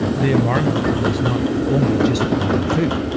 the environment does not only just provide our food,